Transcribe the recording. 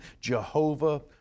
Jehovah